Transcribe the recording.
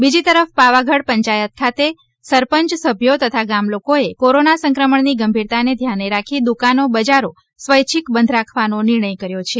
બીજી તરફ પાવાગઢ પંચાયત ખાતે સરપંચ સભ્યો તથા ગામ લોકોએ કોરોના સંક્રમણની ગંભીરતાને ધ્યાને રાખી દુકાનો બજારો સ્વૈચ્છિક બંધ રાખવાનો નિર્ણય કર્યો છે